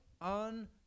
on